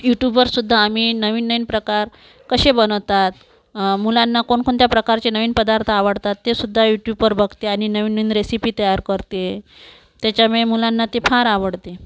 युट्युबवरसुद्धा आम्ही नवीन नवीन प्रकार कसे बनवतात मुलांना कोणकोणत्या प्रकारचे नवीन पदार्थ आवडतात तेसुद्धा युट्युबवर बघते आणि नवीन नवीन रेसिपी तयार करते त्याच्यामुळे मुलांना ते फार आवडते